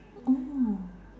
oh